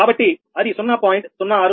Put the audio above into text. కాబట్టి అది 0